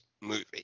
movie